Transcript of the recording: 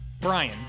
Brian